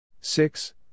six